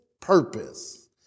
purpose